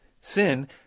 Sin